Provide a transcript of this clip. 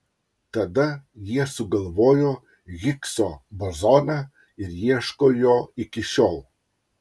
tada jie sugalvojo higso bozoną ir ieško jo iki šiol